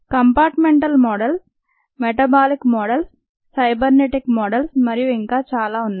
కంపార్ట్ mental models metabolic models cybernetic models మరియు ఇంకా చాలా ఉన్నాయి